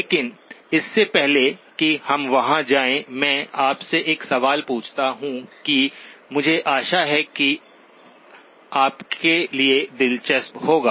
लेकिन इससे पहले कि हम वहां जाएं मैं आपसे एक सवाल पूछता हूं कि मुझे आशा है कि आपके लिए दिलचस्प होगा